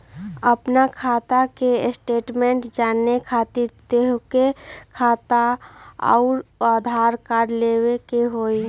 आपन खाता के स्टेटमेंट जाने खातिर तोहके खाता अऊर आधार कार्ड लबे के होइ?